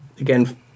again